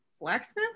blacksmith